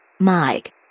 Mike